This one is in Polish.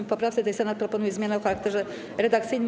W poprawce tej Senat proponuje zmianę o charakterze redakcyjnym.